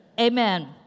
amen